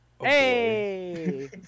Hey